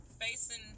facing